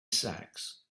sacks